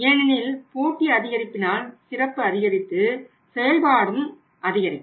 ஏனெனில் போட்டி அதிகரிப்பினால் சிறப்பு அதிகரித்து செயல்பாடும் அதிகரிக்கும்